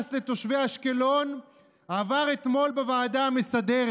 לתושבי אשקלון עבר אתמול בוועדה המסדרת.